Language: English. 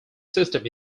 system